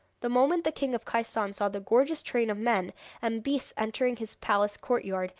the moment the king of khaistan saw the gorgeous train of men and beasts entering his palace courtyard,